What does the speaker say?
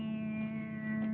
and